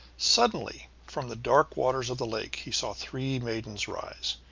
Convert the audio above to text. suddenly, from the dark waters of the lake, he saw three maidens rise.